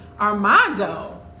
Armando